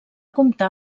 comptar